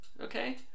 okay